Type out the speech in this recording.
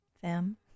fam